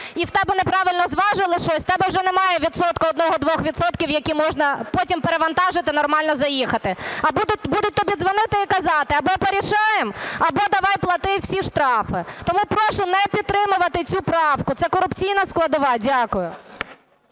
і в тебе неправильно зважило щось, в тебе вже немає відсотка, 1-2 відсотків, які можна потім перевантажити, нормально заїхати. А будуть тобі дзвонити і казати або порішаємо, або давай плати всі штрафи. Тому прошу не підтримувати цю правку – це корупційна складова. Дякую.